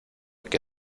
que